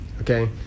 Okay